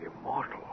Immortal